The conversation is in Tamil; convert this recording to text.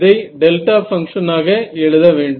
இதை டெல்டா பங்க்ஷன் ஆக எழுத வேண்டும்